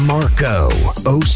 Marco